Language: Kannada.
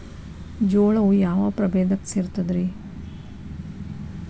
ಜೋಳವು ಯಾವ ಪ್ರಭೇದಕ್ಕ ಸೇರ್ತದ ರೇ?